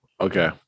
okay